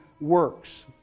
works